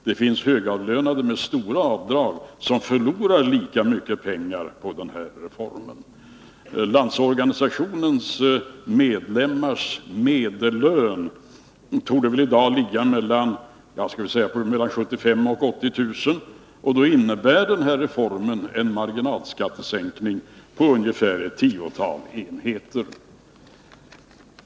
Det finns högavlönade med stora avdrag som förlorar lika mycket pengar på reformen. Landsorganisationens medlemmars medellön torde i dag ligga mellan 75 000 och 80 000 kr. För dem innebär den här reformen en marginalskattesänkning på ungefär ett tiotal enheter.